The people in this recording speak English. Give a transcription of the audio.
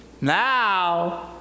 Now